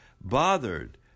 Bothered